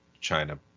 China